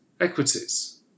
equities